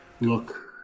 look